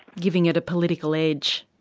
giving it a political edge?